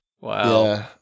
Wow